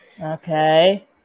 Okay